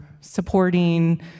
supporting